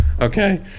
okay